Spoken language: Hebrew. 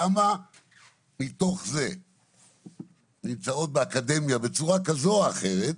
כמה מתוך זה נמצאות באקדמיה בצורה כזו או אחרת,